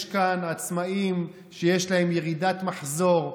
יש כאן עצמאים שיש להם ירידת מחזור,